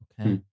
Okay